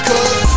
Cause